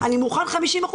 אני מוכן 50%,